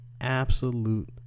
absolute